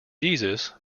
jesus